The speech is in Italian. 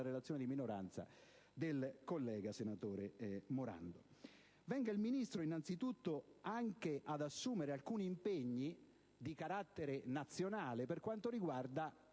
relazione di minoranza del collega senatore Morando. Venga innanzitutto il Ministro anche ad assumere alcuni impegni di carattere nazionale per quanto riguarda